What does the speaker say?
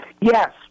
Yes